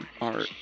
art